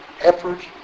efforts